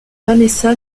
vanessa